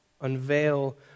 unveil